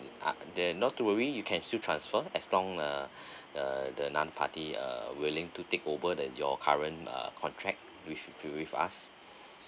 uh there not to worry you can still transfer as long uh the another party uh willing to take over the your current uh contract with with us